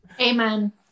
Amen